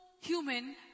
human